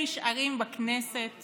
נשארים בכנסת